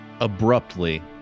Abruptly